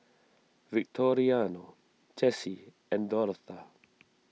Victoriano Jessi and Dortha